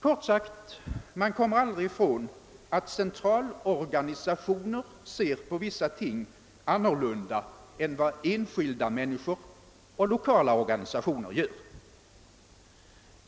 Kort sagt: man kommer aldrig ifrån att centralorganisationer ser på vissa ting annorlunda än vad enskilda människor och lokala organisationer gör.